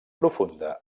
profunda